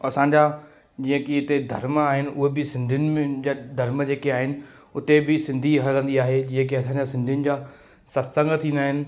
असांजा जीअं कि हिते धर्म आहिनि उहे बि सिंधियुनि जा धर्म जेके आहिनि उते बि सिंधी हलंदी आहे जीअं कि असांज सिंधियुनि जा सत्संगु थींदा आहिनि